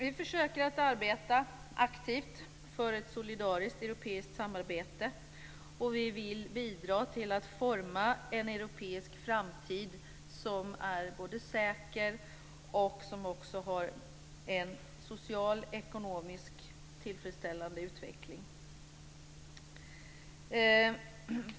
Vi försöker att arbeta aktivt för ett solidariskt europeiskt samarbete. Vi vill bidra till att forma en europeisk framtid som är både säker och som också har en socialekonomiskt tillfredsställande utveckling.